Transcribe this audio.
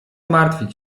martwić